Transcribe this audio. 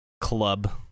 club